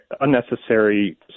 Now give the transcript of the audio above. unnecessary